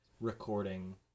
recording